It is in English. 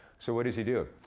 so what does he do?